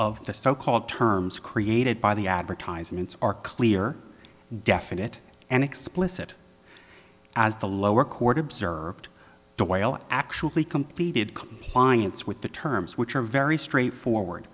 of the so called terms created by the advertisements are clear definite and explicit as the lower court observed the while actually completed compliance with the terms which are very straightforward